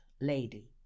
lady